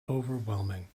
overwhelming